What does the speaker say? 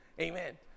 amen